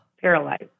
paralyzed